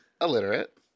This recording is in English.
illiterate